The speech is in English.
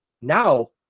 Now